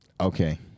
Okay